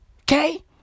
Okay